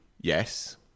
yes